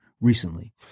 recently